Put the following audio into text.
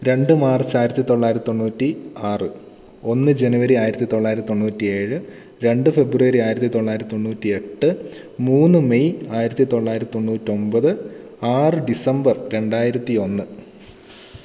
രണ്ട് മാർച്ച് ആയിരത്തി തൊള്ളായിരത്തി തൊണ്ണുറ്റി ആറ് ഒന്ന് ജനുവരി ആയിരത്തി തൊള്ളായിരത്തി തൊണ്ണൂറ്റി ഏഴ് രണ്ട് ഫെബ്രവരി ആയിരത്തി തൊള്ളായിരത്തി തൊണ്ണൂറ്റി എട്ട് മൂന്ന് മെയ് ആയിരത്തി തൊള്ളായിരത്തി തൊണ്ണൂറ്റി ഒൻപത് ആറ് ഡിസംബർ രണ്ടായിരത്തി ഒന്ന്